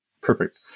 Perfect